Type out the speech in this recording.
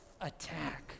attack